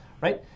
right